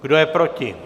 Kdo je proti?